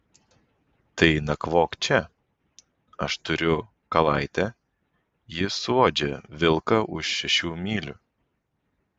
tai nakvok čia aš turiu kalaitę ji suuodžia vilką už šešių mylių